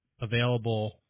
available